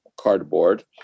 cardboard